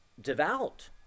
devout